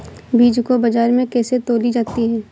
बीज को बाजार में कैसे तौली जाती है?